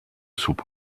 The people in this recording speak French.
soupe